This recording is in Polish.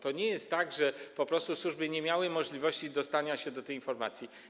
To nie jest tak, że po prostu służby nie miały możliwości dotarcia do tych informacji.